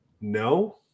No